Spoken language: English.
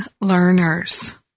learners